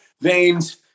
veins